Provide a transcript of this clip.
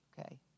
Okay